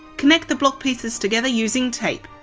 connect the block pieces together using tape.